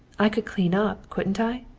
i could clean up, couldn't i?